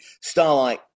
Starlight